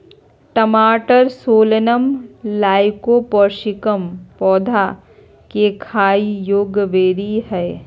टमाटरसोलनम लाइकोपर्सिकम पौधा केखाययोग्यबेरीहइ